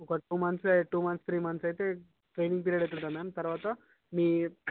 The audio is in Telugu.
ఒక టు మంత్స్ ఒక టు మంత్స్ త్రీ మంత్స్ అయితే ట్రైనింగ్ పీరియడ్ అయితే ఉంటుంది మ్యామ్ తర్వాత మీ